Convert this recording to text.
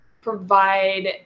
provide